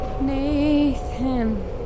Nathan